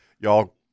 y'all